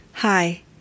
Hi